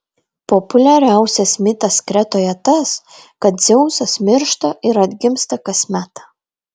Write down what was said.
populiariausias mitas kretoje tas kad dzeusas miršta ir atgimsta kasmet